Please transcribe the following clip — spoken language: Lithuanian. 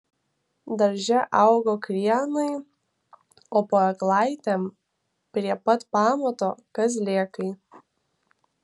darže augo krienai o po eglaitėm prie pat pamato kazlėkai